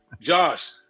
Josh